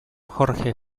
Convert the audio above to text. jorge